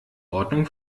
ordnung